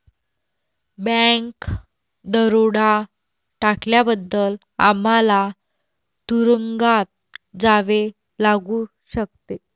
bank दरोडा टाकल्याबद्दल आम्हाला तुरूंगात जावे लागू शकते